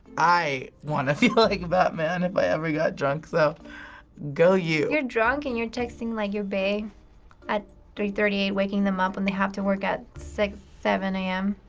i wanna feel like batman if i ever got drunk, so go you. you're drunk and you're texting like your bae at three thirty eight waking them up when they have to work at six, seven am.